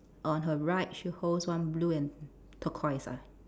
on her right she holds one blue and turquoise ah